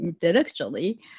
intellectually